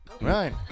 Right